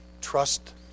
Trust